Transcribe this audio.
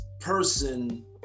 person